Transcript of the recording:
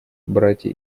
братья